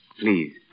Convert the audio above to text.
Please